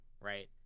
right